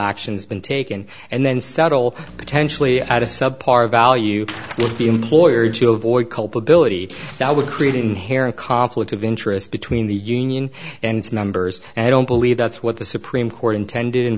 actions been taken and then settle potentially at a subpar value with the employee to avoid culpability creating here a conflict of interest between the union and numbers and i don't believe that's what the supreme court intended in